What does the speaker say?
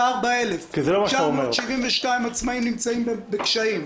74,972 עצמאים נמצאים בקשיים.